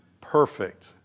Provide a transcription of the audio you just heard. perfect